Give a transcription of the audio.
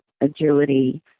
agility